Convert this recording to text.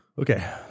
Okay